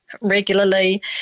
regularly